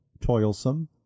toilsome